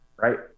Right